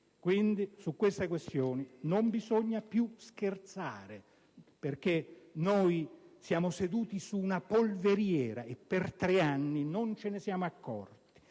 Fitch. Su queste questioni non bisogna più scherzare, perché noi siamo seduti su una polveriera: per tre anni non ce ne siamo accorti